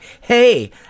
hey